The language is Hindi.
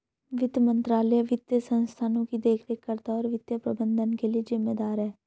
वित्त मंत्रालय वित्तीय संस्थानों की देखरेख करता है और वित्तीय प्रबंधन के लिए जिम्मेदार है